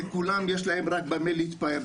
ולכולם יש רק במה להתפאר,